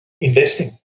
investing